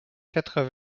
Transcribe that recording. quatre